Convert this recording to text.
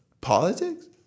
politics